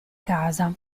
casa